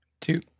Two